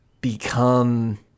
become